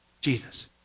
Jesus